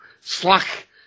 slack